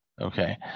okay